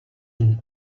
une